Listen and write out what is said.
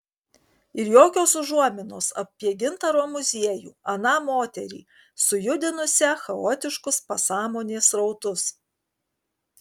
ir jokios užuominos apie gintaro muziejų aną moterį sujudinusią chaotiškus pasąmonės srautus